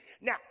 now